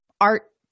art